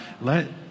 Let